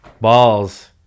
balls